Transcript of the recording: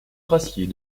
rassied